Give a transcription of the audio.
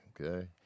Okay